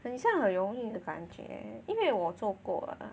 很像很容易的感觉因为我做过 ah